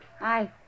Hi